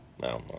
no